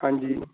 ਹਾਂਜੀ